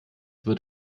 wird